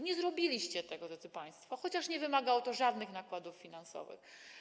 Nie zrobiliście tego, drodzy państwo, chociaż nie wymagało to żadnych nakładów finansowych.